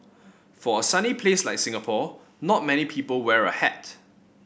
for a sunny place like Singapore not many people wear a hat